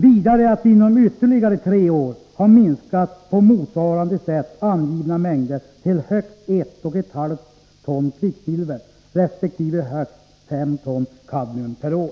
Vidare räknar man med att inom ytterligare tre år ha minskat de på motsvarande sätt beräknade mängderna till högst 1,5 ton kvicksilver resp. högst 5 ton kadmium per år.